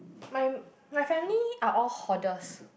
my my family are all hoarders